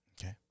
Okay